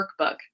workbook